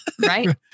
Right